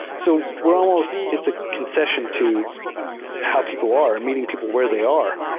so we're almost it's a concession to how people are or meeting people where they are,